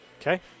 Okay